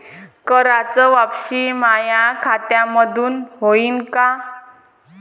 कराच वापसी माया खात्यामंधून होईन का?